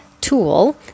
tool